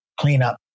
cleanup